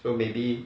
so maybe